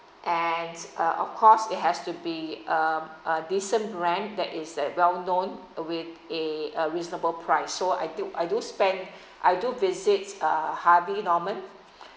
and uh of course it has to be a a decent brand that is a well known with a uh reasonable price so I do I do spend I do visits uh harvey norman